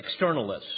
externalists